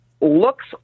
looks